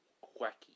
quacky